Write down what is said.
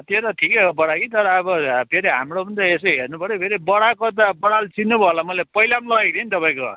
त्यो त ठिकै हो बडा कि तर अब फेरि हाम्रो पनि त यसो हेर्नुपऱ्यो फेरि बडाको त बडाले चिन्नु भयो होला मलाई पहिला पनि लगेको थिएँ नि तपाईँको